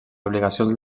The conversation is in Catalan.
obligacions